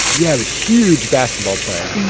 yeah. was huge basketball player.